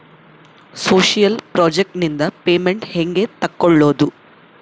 Social project ನಿಂದ payment ಹೆಂಗೆ ತಕ್ಕೊಳ್ಳದು?